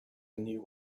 new